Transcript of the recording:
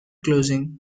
closing